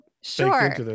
Sure